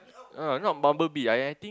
uh no not Bumblebee I I think